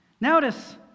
Notice